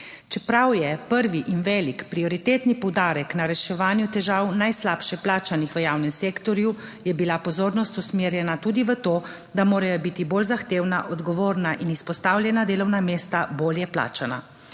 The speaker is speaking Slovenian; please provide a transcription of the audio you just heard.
Čeprav je prvi in velik prioritetni poudarek na reševanju težav najslabše plačanih v javnem sektorju, je bila pozornost usmerjena tudi v to, da morajo biti bolj zahtevna, odgovorna in izpostavljena delovna mesta bolje plačana.